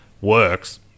works